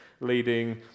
leading